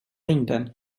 ringde